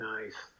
Nice